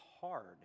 hard